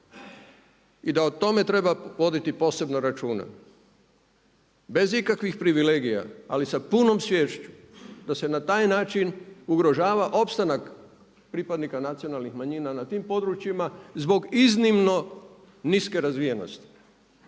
I da o tome treba voditi posebno računa. Bez ikakvih privilegija ali sa punom sviješću da se na taj način ugrožava opstanak pripadnika nacionalnih manjina na tim područjima zbog iznimno niske razvijenosti